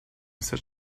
such